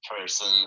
person